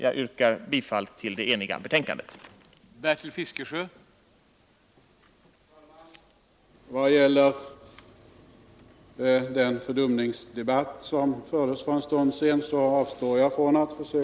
Jag yrkar bifall till utskottets enhälliga hemställan.